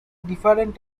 different